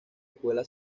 escuela